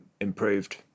improved